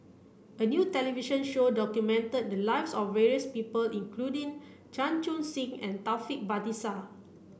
a new television show documented the lives of various people including Chan Chun Sing and Taufik Batisah